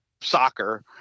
soccer